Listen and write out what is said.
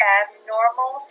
abnormal